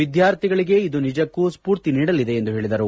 ವಿದ್ಯಾರ್ಥಿಗಳಿಗೆ ಇದು ನಿಜಕ್ಕೂ ಸ್ಪೂರ್ತಿ ನೀಡಲಿದೆ ಎಂದು ಹೇಳಿದರು